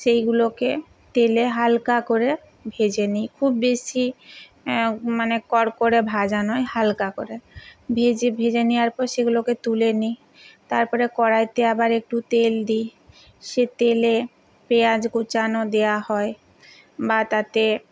সেইগুলোকে তেলে হালকা করে ভেজে নিই খুব বেশি মানে কড়কড়ে ভাজা নয় হালকা করে ভেজে ভেজে নেয়ার পর সেগুলোকে তুলে নিই তারপরে কড়াইতে আবার একটু তেল দিই সে তেলে পেঁয়াজ কুচানো দেওয়া হয় বা তাতে